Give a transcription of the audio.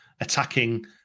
attacking